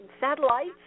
satellites